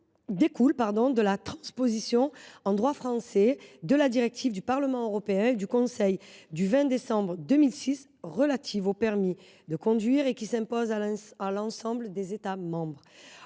découle de la transposition en droit français de la directive 2006/126/CE du Parlement européen et du Conseil du 20 décembre 2006 relative au permis de conduire, laquelle s’impose à l’ensemble des États membres.